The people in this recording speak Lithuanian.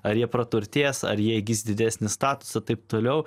ar jie praturtės ar jie įgis didesnį statusą taip toliau